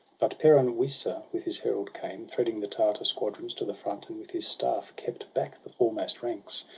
but peran-wisa with his herald came threading the tartar squadrons to the front. and with his staff kept back the foremost ranks.